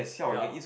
ya